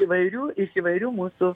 įvairių iš įvairių mūsų